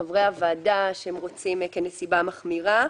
חברי הוועדה אותם הם רואים כנסיבה מחמירה.